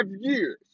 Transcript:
years